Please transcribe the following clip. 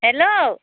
hello